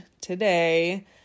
today